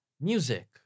music